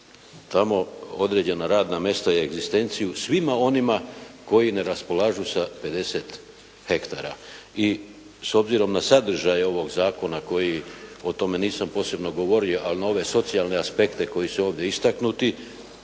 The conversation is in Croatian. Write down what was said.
tamo određena radna mjesta i egzistenciju svima onima koji ne raspolažu sa 50 hektara. I s obzirom na sadržaj ovoga zakona koji o tome nisam posebno govorio, ali na ove socijalne aspekte koji su ovdje istaknuti